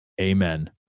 Amen